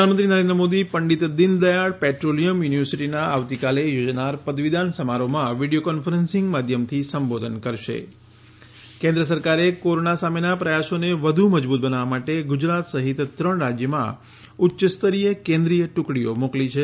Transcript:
પ્રધાનમંત્રી નરેન્દ્ર મોદી પંડીત દિનદયાળ પેટ્રોલીયમ યુનિવર્સિટીનાં આવતીકાલે યોજનાર પદવીદાન સમારોહમાં વિડિયો કોન્ફરન્સિંગ માધ્યમથી સંબોધન કરશે કેન્દ્ર સરકારે કોરોના સામેનાં પ્રયાસોને વધ્ મજબૂત બનાવવા માટે ગુજરાત સહિત ત્રણ રાજ્યોમાં ઉચ્ચસ્તરીય કેન્દ્રીય ટુકડીઓ મોકલી છે